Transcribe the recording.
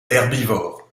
herbivore